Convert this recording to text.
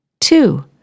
Two